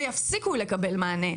ויפסיקו לקבל מענה,